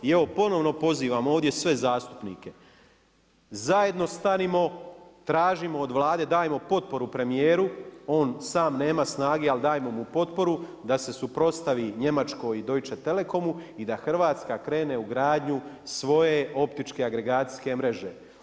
I evo ponovno pozivam ovdje sve zastupnike, zajedno stanimo tražimo od Vlade, dajmo potporu premijeru, on sam nema snage ali dajmo mu potporu da se suprotstavi Njemačkoj i Deutsche Telekomu i da Hrvatska krene u gradnju svoje optičke agregacijske mreže.